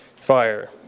fire